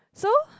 so